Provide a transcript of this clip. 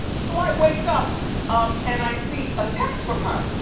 so i wake up um and i see a text from her,